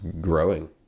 Growing